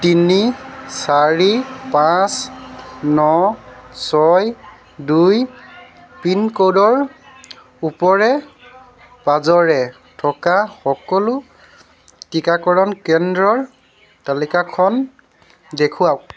তিনি চাৰি পাঁচ ন ছয় দুই পিনক'ডৰ ওচৰে পাঁজৰে থকা সকলো টীকাকৰণ কেন্দ্ৰৰ তালিকাখন দেখুৱাওক